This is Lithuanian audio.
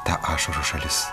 teka ašarų šalis